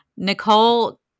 Nicole